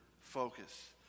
focus